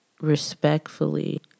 respectfully